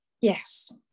yes